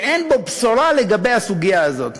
שאין בו בשורה לגבי הסוגיה הזאת.